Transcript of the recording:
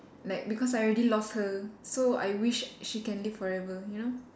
like because I already lost her so I wish she can live forever you know